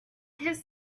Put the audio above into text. his